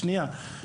שנייה.